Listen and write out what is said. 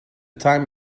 time